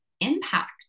impact